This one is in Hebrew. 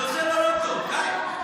זה עושה לו לא טוב, די.